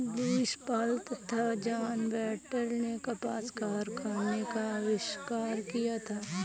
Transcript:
Lewis Paul तथा John Wyatt ने कपास कारखाने का आविष्कार किया था